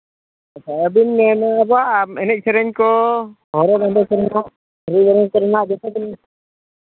ᱟᱪᱪᱷᱟ ᱟᱹᱵᱤᱱ ᱢᱮᱱᱮᱫᱼᱟ ᱟᱵᱚᱣᱟᱜ ᱮᱱᱮᱡ ᱥᱮᱨᱮᱧ ᱠᱚ ᱦᱚᱨᱚᱜ ᱵᱟᱸᱫᱮ ᱠᱚᱨᱮᱱᱟᱜ ᱡᱚᱛᱚᱜᱮ